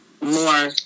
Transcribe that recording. more